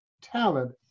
talent